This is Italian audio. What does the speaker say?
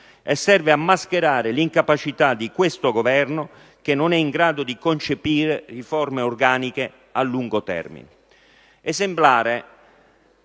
e serve a mascherare l'incapacità di questo Governo, che non è in grado di concepire riforme organiche, a lungo termine.